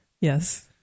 Yes